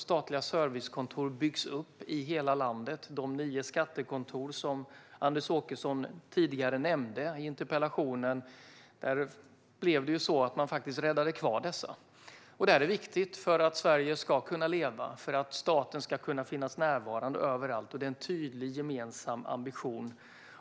Statliga servicekontor byggs upp över hela landet, och de nio skattekontor som Anders Åkesson nämnde i interpellationen har räddats kvar. Det är viktigt för att Sverige ska kunna leva och för att staten ska vara närvarande överallt. Det är en tydlig gemensam ambition.